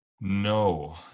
No